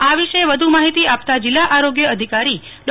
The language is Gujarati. આ વિશે વધુ માહિતી આપતા જિલ્લા આરોગ્ય અધિકારી ડો